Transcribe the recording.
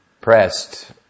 pressed